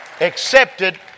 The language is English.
accepted